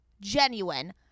genuine